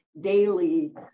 daily